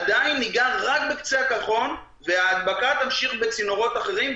עדיין ניגע רק בקצה הקרחון וההדבקה תמשיך בצינורות אחרים,